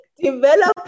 develop